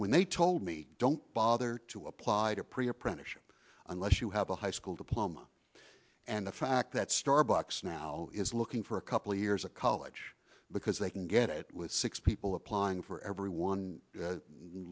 when they told me don't bother to apply to pre apprenticeship unless you have a high school diploma and the fact that starbucks now is looking for a couple of years of college because they can get it with six people applying for every one